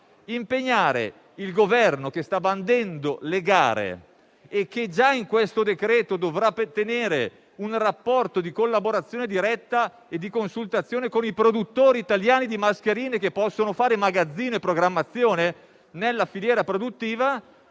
impegni il Governo, che sta bandendo le gare e che già in questo decreto dovrà ottenere un rapporto di collaborazione diretta e di consultazione con i produttori italiani di mascherine che possono fare magazzino e programmazione nella filiera produttiva,